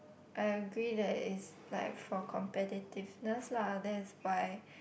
I agree that is like for competitiveness lah that's why